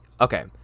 Okay